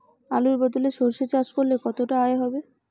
আলুর বদলে সরষে চাষ করলে কতটা আয় হবে?